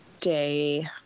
day